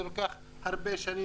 זה לוקח הרבה שנים.